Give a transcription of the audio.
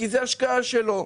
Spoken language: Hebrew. כי זה השקעה שלו.